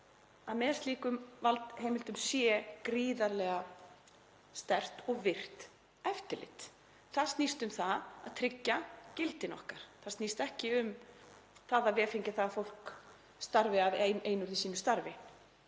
að með slíkum valdheimildum sé gríðarlega sterkt og virkt eftirlit. Það snýst um að tryggja gildin okkar. Það snýst ekki um að vefengja það að fólk starfi af einurð í sínu starfi.